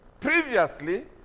previously